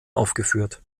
aufgeführt